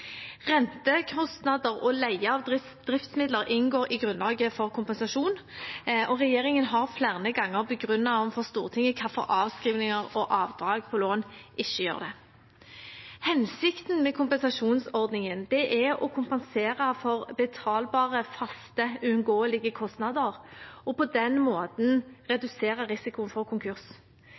Rentekostnader og leie av driftsmidler inngår i grunnlaget for kompensasjon, og regjeringen har flere ganger begrunnet overfor Stortinget hvorfor avskrivninger og avdrag på lån ikke gjør det. Hensikten med kompensasjonsordningen er å kompensere for betalbare, faste, uunngåelige kostnader og på den måten redusere risikoen for konkurs.